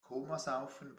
komasaufen